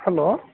hello